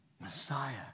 Messiah